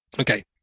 okay